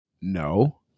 no